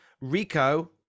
Rico